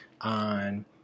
on